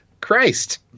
Christ